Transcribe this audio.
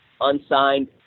unsigned